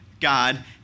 God